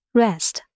rest